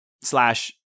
slash